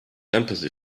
empathy